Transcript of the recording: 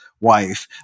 wife